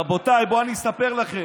רבותיי, בואו אני אספר לכם,